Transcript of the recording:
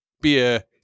beer